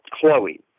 Chloe